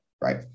right